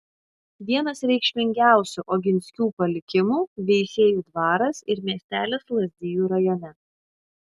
vienas reikšmingiausių oginskių palikimų veisiejų dvaras ir miestelis lazdijų rajone